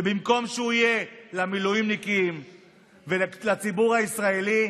במקום שהוא יהיה למילואימניקים ולציבור הישראלי,